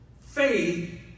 Faith